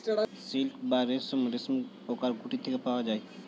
silk বা রেশম রেশমপোকার গুটি থেকে পাওয়া যায়